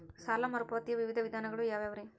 ಸಾಲ ಮರುಪಾವತಿಯ ವಿವಿಧ ವಿಧಾನಗಳು ಯಾವ್ಯಾವುರಿ?